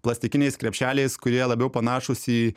plastikiniais krepšeliais kurie labiau panašūs į